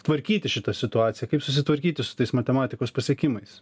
tvarkyti šitą situaciją kaip susitvarkyti su tais matematikos pasiekimais